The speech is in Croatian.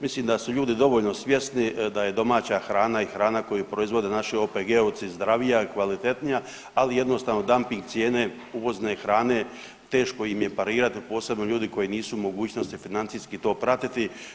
Mislim da su ljudi dovoljno svjesni da je domaća hrana i hrana koju proizvode naši OPG-ovci zdravija, kvalitetnija ali jednostavno damping cijene uvozne hrane teško im je parirati u posebno ljudi koji nisu u mogućnosti financijski to pratiti.